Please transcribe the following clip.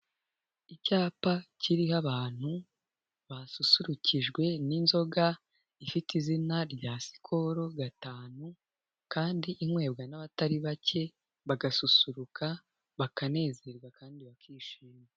Icyapa kiriho abantu basusurukijwe n'inzoga ifite izina rya sikoro gatanu, kandi inywebwa n'abatari bake bagasusuruka, bakanezerwa kandi bakishima.